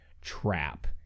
trap